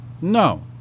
No